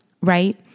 right